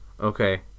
Okay